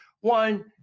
one